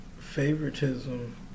favoritism